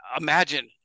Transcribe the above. imagine